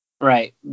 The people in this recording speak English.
Right